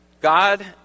God